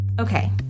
Okay